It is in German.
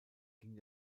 ging